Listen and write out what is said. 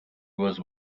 was